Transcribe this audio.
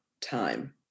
time